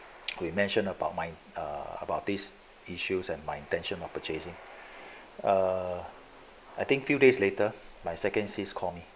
we mention about my err about these issues and my intention of purchasing uh I think few days later my second sis call me